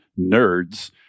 nerds